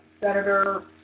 Senator